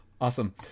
Awesome